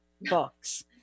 books